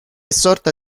sorta